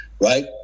right